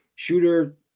Shooter